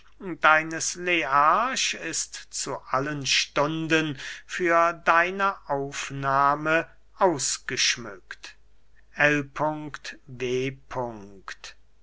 deines learch ist zu allen stunden für deine aufnahme ausgeschmückt l w